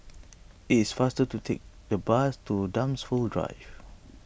it is faster to take the bus to Dunsfold Drive